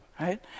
right